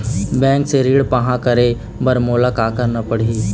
Bank से ऋण पाहां करे बर मोला का करना पड़ही?